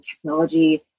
technology